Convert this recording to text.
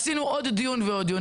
עשינו עוד דיון ועוד דיון.